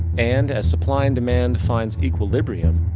and, as supply and demand defines equilibrium,